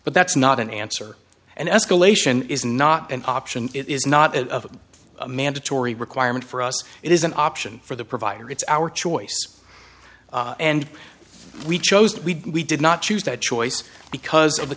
but that's not an answer and escalation is not an option it is not a mandatory requirement for us it is an option for the provider it's our choice and we chose we did not choose that choice because of the